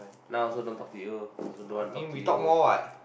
now also don't talk you I also don't want talk to you